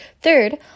Third